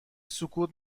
سکوت